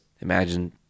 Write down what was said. imagine